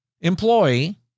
employee